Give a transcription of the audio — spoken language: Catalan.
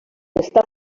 està